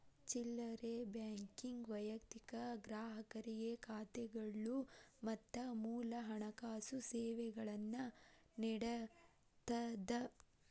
ಚಿಲ್ಲರೆ ಬ್ಯಾಂಕಿಂಗ್ ವೈಯಕ್ತಿಕ ಗ್ರಾಹಕರಿಗೆ ಖಾತೆಗಳು ಮತ್ತ ಮೂಲ ಹಣಕಾಸು ಸೇವೆಗಳನ್ನ ನೇಡತ್ತದ